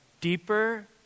deeper